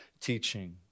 Teaching